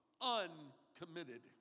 uncommitted